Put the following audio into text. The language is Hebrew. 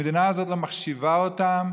המדינה הזאת לא מחשיבה אותם,